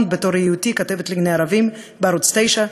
בתור כתבת לענייני ערבים בערוץ 9,